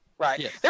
Right